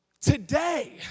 today